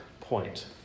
point